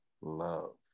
love